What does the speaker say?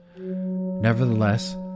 Nevertheless